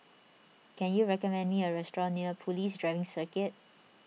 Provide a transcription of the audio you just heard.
can you recommend me a restaurant near Police Driving Circuit